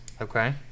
Okay